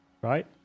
Right